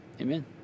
Amen